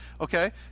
Okay